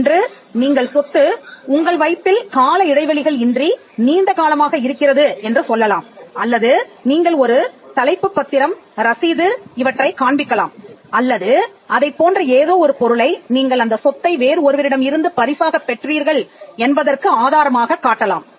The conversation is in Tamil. ஒன்று நீங்கள் சொத்து உங்கள் வைப்பில் கால இடைவெளிகள் இன்றி நீண்டகாலமாக இருக்கிறது என்று சொல்லலாம் அல்லது நீங்கள் ஒரு தலைப்பு பத்திரம் ரசீது இவற்றை காண்பிக்கலாம் அல்லது அதைப் போன்ற ஏதோ ஒரு பொருளை நீங்கள் அந்த சொத்தை வேறு ஒருவரிடம் இருந்து பரிசாகப் பெற்றீர்கள் என்பதற்கு ஆதாரமாகக் காட்டலாம்